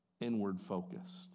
inward-focused